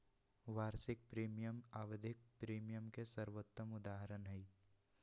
वार्षिक प्रीमियम आवधिक प्रीमियम के सर्वोत्तम उदहारण हई